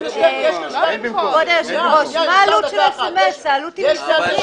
העלות היא מזערית.